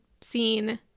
scene